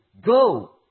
Go